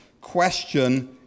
question